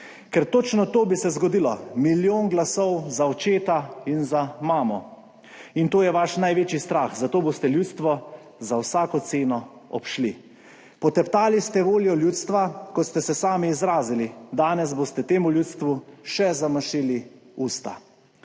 Ker točno to bi se zgodilo, milijon glasov za očeta in za mamo. In to je vaš 28. TRAK: (NB) – 12.15 (nadaljevanje) največji strah, zato boste ljudstvo za vsako ceno obšli. Poteptali ste voljo ljudstva, kot ste se sami izrazili. Danes boste temu ljudstvu še zamašili usta.